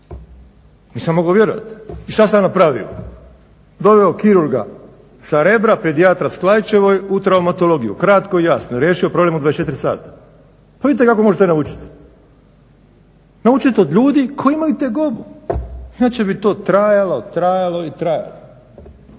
nisam mogao vjerovati. I što sam napravio? Doveo kirurga sa Rebra pedijatra s Klaićeve u traumatologiju kratko i jasno i riješio problem u 24 sata. Pa vidite kako možete naučiti. Naučiti ljudi koji imaju tegobu. Inače bi to trajalo, trajalo i trajalo.